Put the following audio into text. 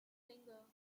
singer